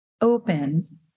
open